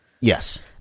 Yes